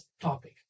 topic